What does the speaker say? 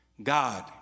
God